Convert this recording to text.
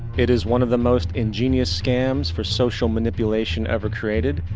it is one of the most ingenious scams for social manipulation ever created.